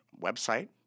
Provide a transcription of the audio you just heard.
website